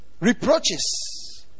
Reproaches